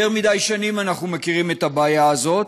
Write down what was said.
יותר מדי שנים אנחנו מכירים את הבעיה הזאת,